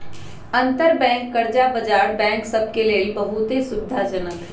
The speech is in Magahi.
अंतरबैंक कर्जा बजार बैंक सभ के लेल बहुते सुविधाजनक हइ